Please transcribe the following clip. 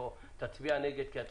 בוא, תצביע נגד כי אתה